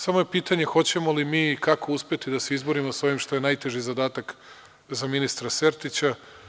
Samo je pitanje hoćemo li mi i kako uspeti da izborimo sa ovim što je najveći zadatak za ministra Sertića.